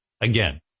again